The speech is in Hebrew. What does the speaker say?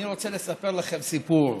אני רוצה לספר לכם סיפור: